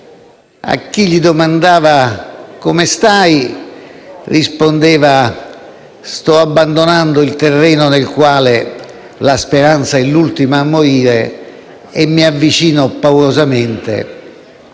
a chi gli domandava come stava rispondeva: «Sto abbandonando il terreno nel quale la speranza è l'ultima a morire e mi avvicino paurosamente